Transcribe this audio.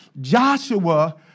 Joshua